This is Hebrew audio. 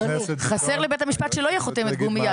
חסר לבית המשפט שלא יהיה חותמת גומי,